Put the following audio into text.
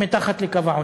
הם מתחת לקו העוני,